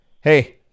Hey